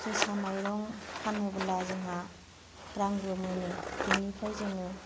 जोसा मायरं फानोबोला जोंहा रांबो मोनो बिनिफ्राय जोङो